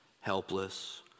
helpless